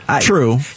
true